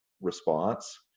response